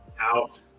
out